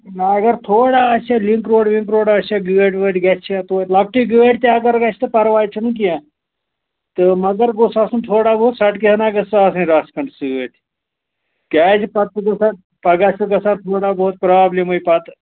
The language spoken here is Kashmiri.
وۅنۍ اَگر تھوڑا آسہِ ہا لِنک روڈ وِنک روڈ آسہِ ہا گٲڑۍ وٲڑۍ گژھِ ہا توتہِ لۄکٹٕے گٲڑۍ تہِ اَگر گژھِ پَرواے چھُنہٕ کیٚنٛہہ تہٕ مَگر گوٚژھ آسُن تھوڑا بہت سَڑکہِ ہنا گٔژھٕس آسٕنۍ رَژھ کھنٛڈ سۭتۍ کیٛازِ پَتہٕ چھُ گژھان پَگاہ چھُ گژھان تھوڑا بہت پرٛابلِمٕے پَتہٕ